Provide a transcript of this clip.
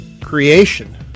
creation